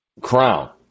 crown